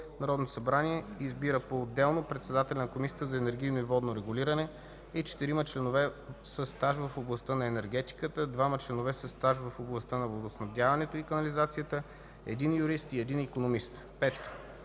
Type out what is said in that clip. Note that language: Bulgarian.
Народното събрание избира поотделно председателя на Комисията за енергийно и водно регулиране и четирима членове със стаж в областта на енергетиката, двама членове със стаж в областта на водоснабдяването и канализацията, един юрист и един икономист. 5.